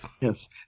Yes